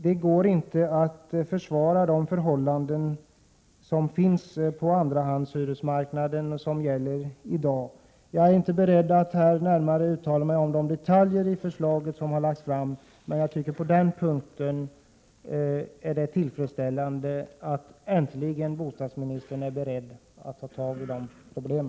Det går inte att försvara de förhållanden som i dag råder på andrahandshyresmarknaden. Jag är inte beredd att här uttala mig närmare om de detaljer i förslaget som har lagts fram. Det är dock tillfredsställande att bostadsministern äntligen avser att ta itu med dessa problem.